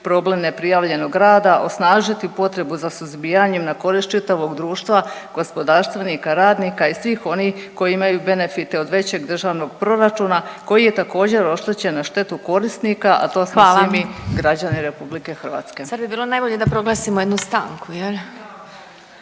problem neprijavljenog rada, osnažiti potrebu za suzbijanjem na korist čitavog društva, gospodarstvenika, radnika i svih onih koji imaju benefita od većeg državnog proračuna koji je također, oštećen na štetu korisnika, a to smo svi mi .../Upadica: Hvala./...